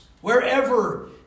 wherever